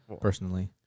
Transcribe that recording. personally